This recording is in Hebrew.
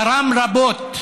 תרם רבות לתע"ל,